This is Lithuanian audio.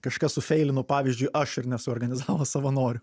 kažkas sufeilino pavyzdžiui aš ir nesuorganizavo savanorių